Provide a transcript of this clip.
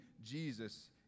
Jesus